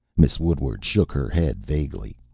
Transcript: miss woodward shook her head vaguely.